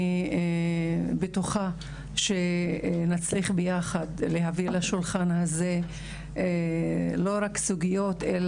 אני רוצה להביא בשורה אחת שהייתי רוצה